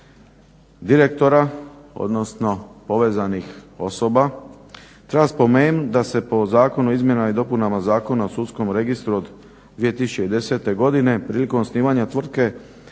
direktora, odnosno povezanih osoba treba spomenuti da se po Zakonu o izmjenama i dopunama Zakona o sudskom registru od 2010. godine prilikom osnivanja tvrtke